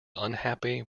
unhappy